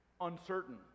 uncertain